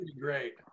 great